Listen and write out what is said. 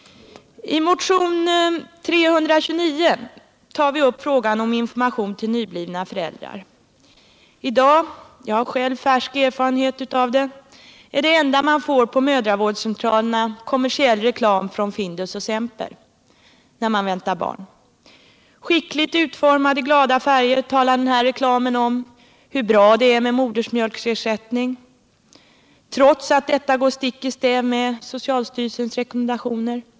I motionen 329 tar vi upp frågan om information till nyblivna föräldrar. I dag — jag har själv färsk erfarenhet av det — är det enda man får på mödravårdscentralerna kommersiell reklam från Findus och Semper, när man väntar barn. Skickligt utformad i glada färger talar den här reklamen om hur bra det är med modersmjölksersättning — trots att detta går stick i stäv med socialstyrelsens rekommendationer.